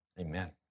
Amen